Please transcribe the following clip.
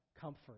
comfort